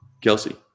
Kelsey